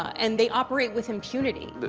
and they operate with impunity. but